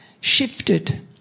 shifted